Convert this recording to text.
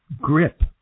grip